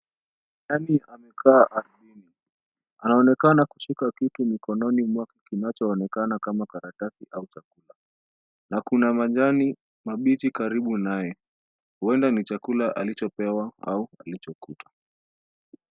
Nyani amekaa ardhini anaonekana kushika kitu mikononi mwake kinachoonekana kama karatasi au chakula na kuna majani mabichi karibu naye. Huenda ni chakula alichopewa au alichokuta.